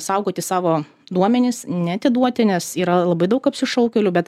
saugoti savo duomenis neatiduoti nes yra labai daug apsišaukėlių bet